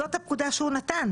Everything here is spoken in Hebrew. זאת הפקודה שהוא נתן